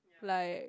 like